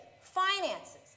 finances